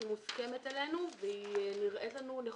היא מוסכמת עלינו והיא נראית לנו נכונה.